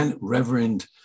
Reverend